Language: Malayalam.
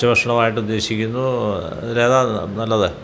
ഉച്ചഭക്ഷണമായിട്ട് ഉദ്ദേശിക്കുന്നൂ ഇതിലേതാ നല്ലത്